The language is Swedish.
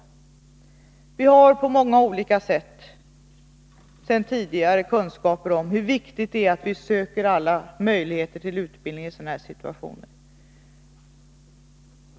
Vi har på många olika sätt sedan tidigare kunskaper om hur viktigt det är att vi söker alla möjligheter till utbildning i sådana situationer.